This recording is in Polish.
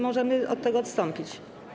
Możemy od tego odstąpić.